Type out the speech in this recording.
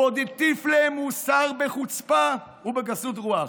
הוא עוד הטיף להם מוסר בחוצפה ובגסות רוח.